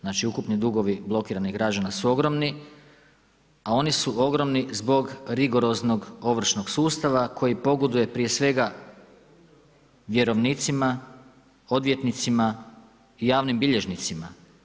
Znači, ukupni dugovi blokiranih građana su ogromni, a oni su ogromni zbog rigoroznog Ovršnog sustava koji pogoduje prije svega vjerovnicima, odvjetnicima i javnim bilježnicima.